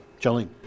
Jolene